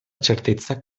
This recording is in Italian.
certezza